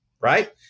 right